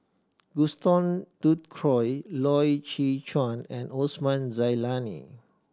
Gaston Dutronquoy Loy Chye Chuan and Osman Zailani